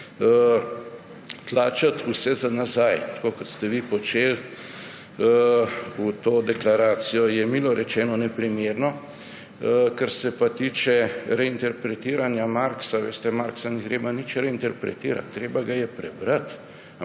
Tlačiti vse za nazaj, tako kot ste vi počeli, v to deklaracijo je milo rečeno neprimerno. Kar se pa tiče reinterpretiranja Marxa. Veste, Marxa ni treba nič reinterpretirati, treba ga je prebrati.